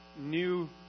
new